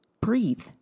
breathe